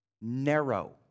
narrow